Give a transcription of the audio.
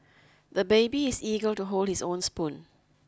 the baby is eager to hold his own spoon